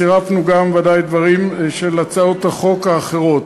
צירפנו גם ודאי דברים מהצעות החוק האחרות.